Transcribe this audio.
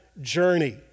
journey